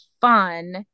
fun